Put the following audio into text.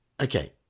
Okay